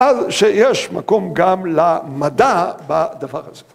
‫אז שיש מקום גם למדע בדבר הזה.